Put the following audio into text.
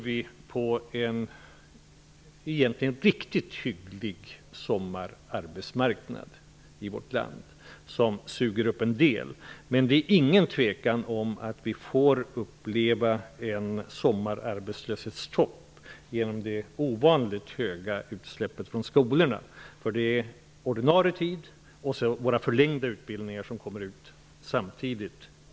Vi tror egentligen på en riktigt hygglig sommararbetsmarknad i vårt land, som suger upp en del arbetslösa. Men det råder inget tvivel om att vi kommer att få uppleva en sommararbetslöshetstopp genom det ovanligt stora utsläppet från skolorna. Ordinarie utbildningar och förlängda utbildningar slutar samtidigt.